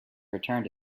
returned